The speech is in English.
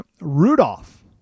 Rudolph